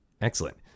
Excellent